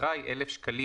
שהתקרה היא 1,000 שקלים,